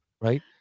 right